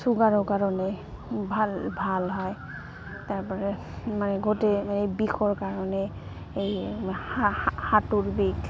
চুগাৰৰ কাৰণে ভাল ভাল হয় তাৰপৰা মানে গোটেই মানে বিষৰ কাৰণে এই হাতৰ বিষ